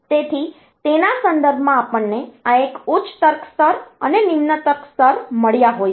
તેથી તેના સંદર્ભમાં આપણને આ એક ઉચ્ચ તર્ક સ્તર અને નિમ્ન તર્ક સ્તર મળ્યા હોય છે